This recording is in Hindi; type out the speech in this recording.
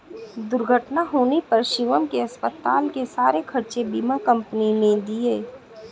दुर्घटना होने पर शिवम के अस्पताल के सारे खर्चे बीमा कंपनी ने दिए